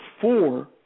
four